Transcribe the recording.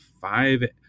five